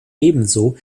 ebenso